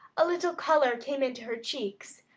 a little color came into her cheeks,